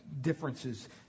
differences